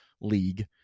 League